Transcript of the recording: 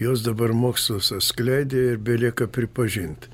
jos dabar mokslas atskleidė belieka pripažint